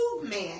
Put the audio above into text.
movement